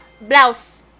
Blouse